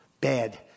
bad